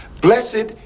Blessed